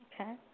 Okay